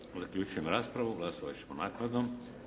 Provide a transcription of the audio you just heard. Zaključujem raspravu. Glasovati ćemo naknadno.